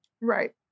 Right